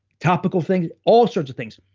topical things, all sorts of things,